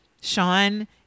Sean